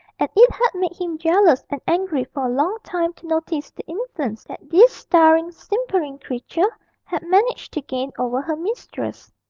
and it had made him jealous and angry for a long time to notice the influence that this staring, simpering creature had managed to gain over her mistress.